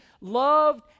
loved